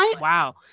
wow